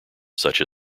such